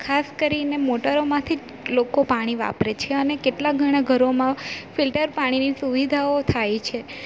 ખાસ કરીને મોટરોમાંથી લોકો પાણી વાપરે છે અને કેટલાં ઘણાં ઘરોમાં ફિલ્ટર પાણીની સુવિધાઓ થાય છે